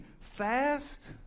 fast